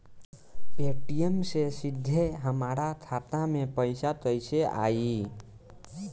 Paytm से सीधे हमरा खाता मे पईसा कइसे आई?